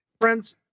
Friends